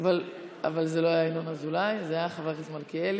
לא היה ינון אזולאי, זה היה חבר הכנסת מלכיאלי.